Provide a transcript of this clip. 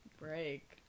break